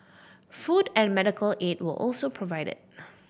food and medical aid were also provided